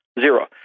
Zero